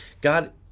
God